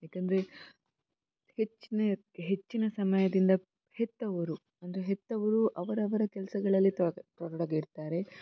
ಯಾಕಂದರೆ ಹೆಚ್ಚಿನ ಹೆಚ್ಚಿನ ಸಮಯದಿಂದ ಹೆತ್ತವರು ಅಂದರೆ ಹೆತ್ತವರು ಅವರವರ ಕೆಲಸಗಳಲ್ಲಿ ತೊಡಗಿರ್ತಾರೆ